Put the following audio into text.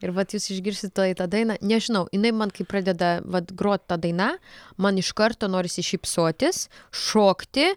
ir vat jūs išgirsit tuoj tą dainą nežinau jinai man kai pradeda vat grot ta daina man iš karto norisi šypsotis šokti